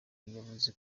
yavuze